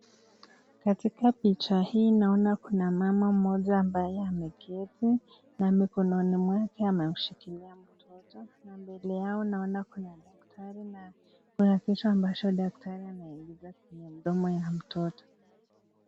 Katika picha hii naona kuna mama mmoja ambaye ameketi na mikononi mwake amemshikilia mtoto na mbele yao naona kuna daktari na kuna kitu ambacho daktari anaingiza kwenye mdomo ya mtoto.